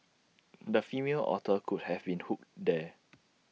the female otter could have been hooked there